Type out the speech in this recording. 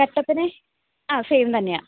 കട്ടപ്പനെ ആ സെയിം തന്നെയാണ്